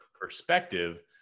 perspective